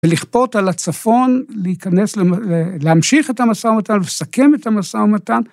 ולכפות על הצפון להיכנס, להמשיך את המסע ומתן ולסכם את המסע ומתן.